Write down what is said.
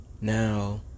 now